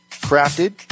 Crafted